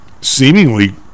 seemingly